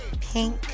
Pink